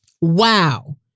Wow